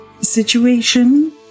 situation